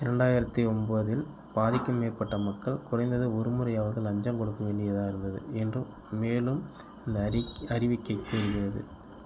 இரண்டாயிரத்தி ஒம்பதில் பாதிக்கும் மேற்பட்ட மக்கள் குறைந்தது ஒரு முறையாவது லஞ்சம் கொடுக்க வேண்டியதாக இருந்தது என்று மேலும் இந்த அறிக்கை அறிவிக்கை கூறுகிறது